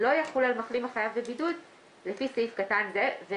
"לא יחול על מחלים החייב בבידוד לפי סעיף קטן זה".